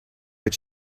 but